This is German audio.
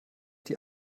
die